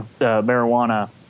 marijuana